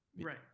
Right